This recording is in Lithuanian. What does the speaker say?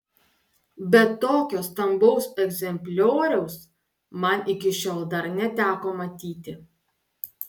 bet tokio stambaus egzemplioriaus man iki šiol dar neteko matyti